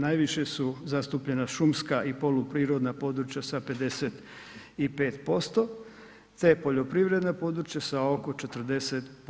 Najviše su zastupljena šumska i poluprirodna područja sa 55% te poljoprivredna područja sa oko 40%